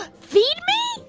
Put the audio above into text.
ah feed me?